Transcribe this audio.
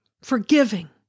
forgiving